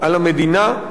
ששלחה אותם,